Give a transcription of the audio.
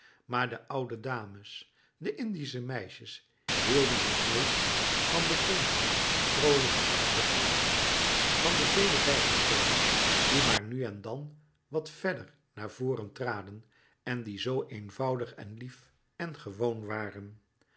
maar de oude dames de indische meisjes hielden het meest van den bonten vroolijken achtergrond van de vele bijpersonen die maar nu en dan wat verder naar voren traden en die zoo eenvoudig en lief en gewoon waren